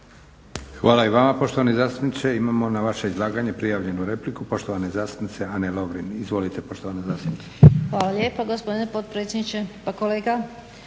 Hvala i vama poštovani zastupniče. Imamo na vaše izlaganje prijavljenu repliku poštovane zastupnice Ane Lovrin. Izvolite poštovana zastupnice. **Lovrin, Ana (HDZ)** Hvala lijepo gospodine potpredsjedniče. Pa kolega